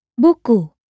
Buku